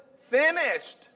finished